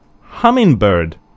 Hummingbird